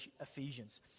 Ephesians